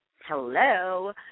Hello